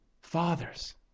Fathers